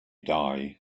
die